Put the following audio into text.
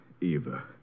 Eva